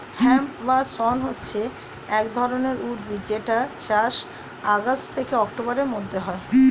hemp বা শণ হচ্ছে এক ধরণের উদ্ভিদ যেটার চাষ আগস্ট থেকে অক্টোবরের মধ্যে হয়